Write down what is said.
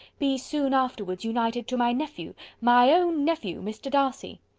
be soon afterwards united to my nephew, my own nephew, mr. darcy.